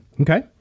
Okay